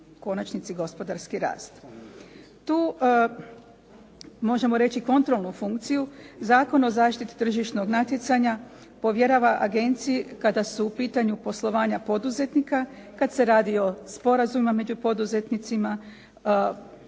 konačnici gospodarski rast. Tu možemo reći kontrolnu funkciju Zakon o zaštiti tržišnog natjecanja povjerava agenciji kada su u pitanju poslovanja poduzetnika, kad se radi o sporazumima među poduzetnicima,